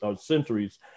centuries